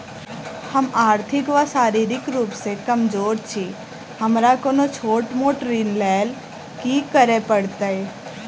हम आर्थिक व शारीरिक रूप सँ कमजोर छी हमरा कोनों छोट मोट ऋण लैल की करै पड़तै?